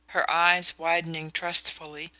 her eyes widening trustfully,